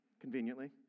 conveniently